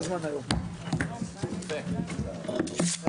הישיבה ננעלה בשעה 11:15.